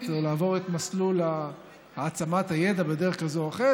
או לעבור את מסלול העצמת הידע בדרך כזאת או אחרת,